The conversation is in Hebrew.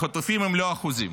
החטופים הם לא אחוזים,